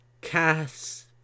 cast